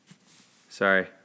Sorry